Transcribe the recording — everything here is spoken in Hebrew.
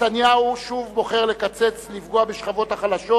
נתניהו שוב בוחר לקצץ ולפגוע בשכבות החלשות